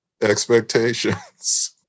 Expectations